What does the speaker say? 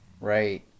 Right